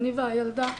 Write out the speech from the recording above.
אני והילדה,